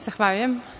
Zahvaljujem.